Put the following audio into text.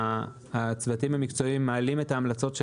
הצוותים המקצועיים מעלים את ההמלצות שלהם,